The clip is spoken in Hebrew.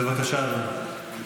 בבקשה, אדוני.